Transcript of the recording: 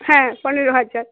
হ্যাঁ পনেরো হাজার